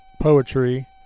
poetry